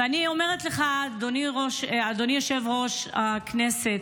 ואני אומרת לך, אדוני יושב-ראש הכנסת,